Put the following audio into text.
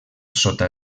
sota